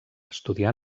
estudià